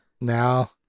now